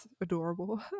adorable